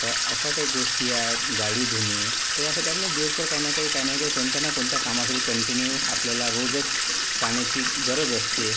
तर अशा काही गोष्टी आहेत गाडी धुणे तर यासाठी आपल्याला दिवसभर काही ना काही काही ना काही कोणत्या ना कोणत्या कामासाठी कंटीन्यु आपल्याला रोजच पाण्याची गरज असते